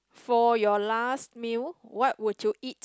for your last meal what would you eat